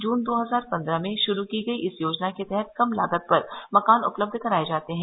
जून दो हजार पन्द्रह में शुरू की गई इस योजना के तहत कम लागत पर मकान उपलब्ध कराए जाते हैं